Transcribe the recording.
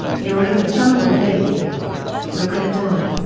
you're in the jungle baby you're gonna die!